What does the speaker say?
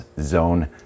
zone